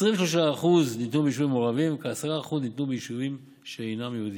23% ניתנו ביישובים מעורבים וכ-10% ניתנו ביישובים שאינם יהודיים.